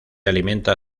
alimenta